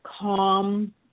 calm